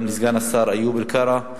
גם לסגן השר איוב קרא,